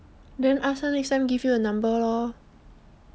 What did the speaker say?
then ask her next time give you the number lor